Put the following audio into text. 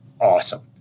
awesome